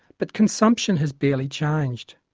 but consumption has barely changed.